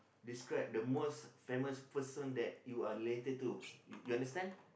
describe the most famous person that you are related to you you understand